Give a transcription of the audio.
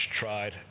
tried